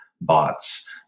bots